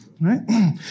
Right